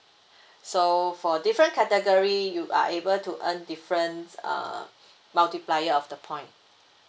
so for different category you are able to earn different uh multiplier of the point